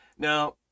Now